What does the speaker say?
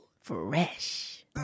Fresh